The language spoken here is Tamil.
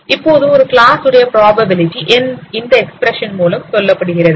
இப்போது ஒரு கிளாஸ் உடைய புரோபாபிலிடி இந்த எக்ஸ்பிரஷன் மூலம் சொல்லப்படுகிறது